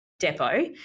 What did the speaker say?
depot